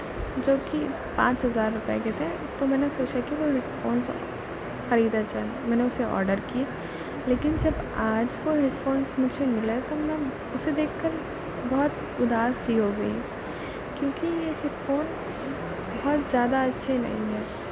جو کہ پانچ ہزار روپئے کے تھے تو میں نے سوچا کہ وہ ہیڈ فونس خریدا جائے میں نے اسے آڈر کی لیکن جب آج وہ ہیڈ فونس مجھے ملے تو میں اسے دیکھ کر بہت اداس سی ہو گئی کیونکہ یہ ہیڈ فون بہت زیادہ اچھے نہیں ہیں